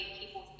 people